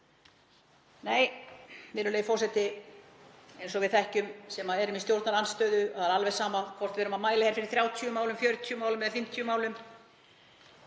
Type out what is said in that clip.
Nei, virðulegi forseti, eins og við þekkjum sem erum í stjórnarandstöðu, er alveg sama hvort við mælum hér fyrir 30 málum, 40 málum eða 50 málum,